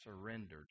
surrendered